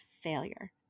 failure